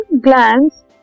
glands